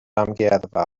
amgueddfa